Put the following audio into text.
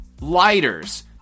lighters